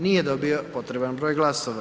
Nije dobio potreban broj glasova.